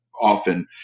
often